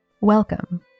Welcome